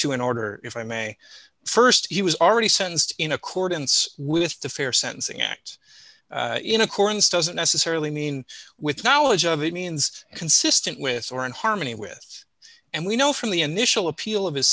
two in order if i may st he was already sentenced in accordance with the fair sentencing act in accordance doesn't necessarily mean with knowledge of it means consistent with or in harmony with and we know from the initial appeal of his